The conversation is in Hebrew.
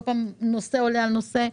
כל פעם נושא עולה על נושא.